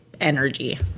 energy